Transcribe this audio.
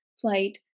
flight